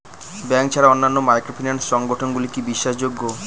Bank ছাড়া অন্যান্য microfinance সংগঠন গুলি কি বিশ্বাসযোগ্য?